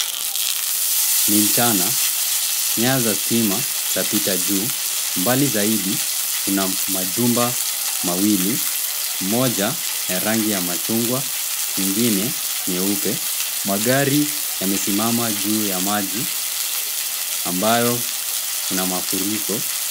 Ni mchana. Nyaya za stima zapita juu. Mbali zaidi kuna majumba mawili, moja ya rangi ya machungwa nyingine nyeupe. Magari yamesimama juu ya maji ambayo kuna mafuriko.